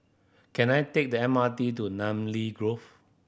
can I take the M R T to Namly Grove